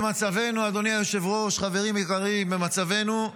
במצבנו, אדוני היושב-ראש, חברים יקרים, במצבנו,